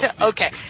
Okay